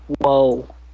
Whoa